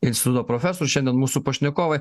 instituto profesorius šiandien mūsų pašnekovai